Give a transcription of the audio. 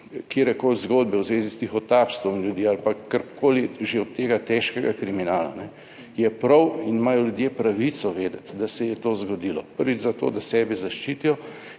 katerekoli zgodbe v zvezi s tihotapstvom ljudi ali pa karkoli že od tega težkega kriminala je prav in imajo ljudje pravico vedeti, da se je to zgodilo. Prvič, zato, da sebe zaščitijo